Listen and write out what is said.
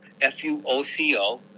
F-U-O-C-O